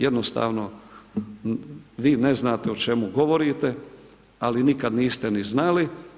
Jednostavno vi ne znate o čemu govorite, ali nikad niste ni znali.